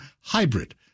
hybrid